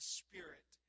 spirit